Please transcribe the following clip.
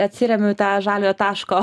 atsiremiu į tą žaliojo taško